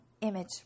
image